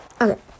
okay